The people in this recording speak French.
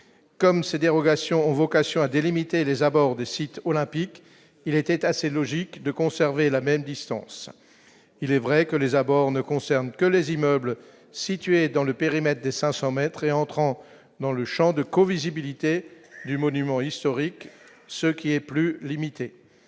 comme ces dérogations ont vocation à délimiter les abords des sites olympiques, il était assez logique de conserver la même distance, il est vrai que les abords ne concerne que les immeubles situés dans le périmètre de 500 mètres et entrant dans le Champ de co-visibilité du monument historique, ce qui est plus limitée,